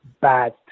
bad